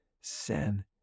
sin